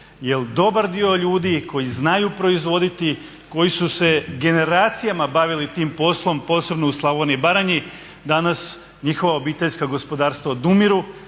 jer dobar dio ljudi koji znaju proizvoditi, koji su se generacijama bavili tim poslom, posebno u Slavoniji i Baranji, danas njihova obiteljska gospodarstva odumiru,